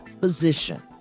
position